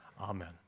Amen